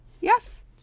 Yes